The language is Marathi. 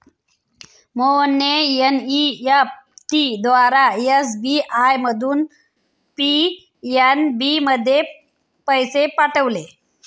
मोहनने एन.ई.एफ.टी द्वारा एस.बी.आय मधून पी.एन.बी मध्ये पैसे पाठवले